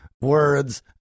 words